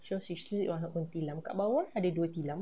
so she sleep on her own tilam kat bawah ada dua tilam